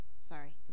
Sorry